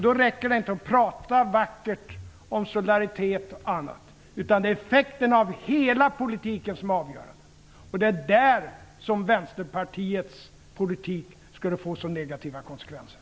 Det räcker inte att prata vackert om solidaritet och annat. Det är effekten av hela politiken som är avgörande, och det är där Vänsterpartiets politik skulle få så negativa konsekvenser.